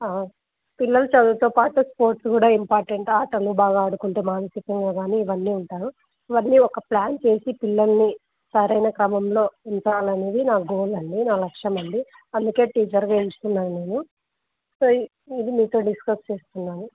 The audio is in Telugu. పిల్లలు చదువుతో పాటు స్పోర్ట్స్ కూడా ఇంపార్టెంట్ ఆటలు బాగా ఆడుకుంటే మానసికంగా కానీ ఇవన్నీ ఉంటాయి ఇవన్నీ ఒక ప్లాన్ చేసి పిల్లల్ని సరైన క్రమంలో ఉంచాలనేది నా గోల్ండి నా లక్ష్యం అండి అందుకే టీచర్గా ఎంచుకున్నాను నేను సో ఇది మీతో డిస్కస్ చేస్తున్నాను